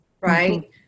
right